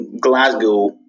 Glasgow